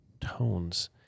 tones